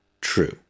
true